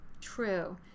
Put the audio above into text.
true